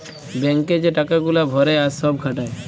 bank এ যে টাকা গুলা ভরে আর সব খাটায়